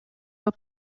were